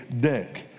deck